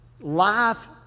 Life